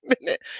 minute